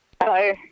hello